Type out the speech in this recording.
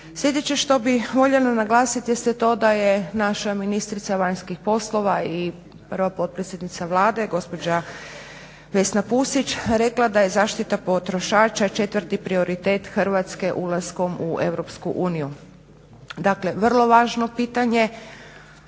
Sljedeće što bih voljela naglasiti jeste to da je naša ministrica vanjskih poslova i prva potpredsjednica Vlade gospođa Vesna Pusić rekla da je zaštita potrošača četvrti prioritet Hrvatske ulaskom u EU. Dakle vrlo važno pitanje.